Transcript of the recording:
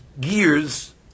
gears